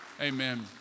Amen